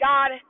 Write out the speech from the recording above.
God